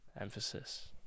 Emphasis